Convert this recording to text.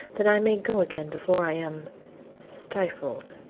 that i may go again before i am stifled!